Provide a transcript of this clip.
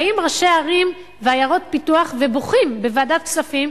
באים ראשי ערים ועיירות פיתוח ובוכים בוועדת הכספים,